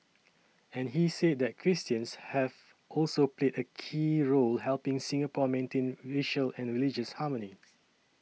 and he said that Christians have also played a key role helping Singapore maintain racial and religious harmony